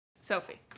Sophie